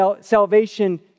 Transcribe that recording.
salvation